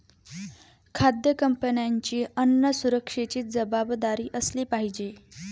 खाद्य कंपन्यांची अन्न सुरक्षेची जबाबदारी असली पाहिजे